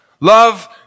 Love